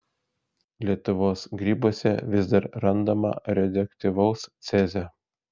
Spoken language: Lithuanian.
lietuvos grybuose vis dar randama radioaktyvaus cezio